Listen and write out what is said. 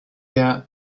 der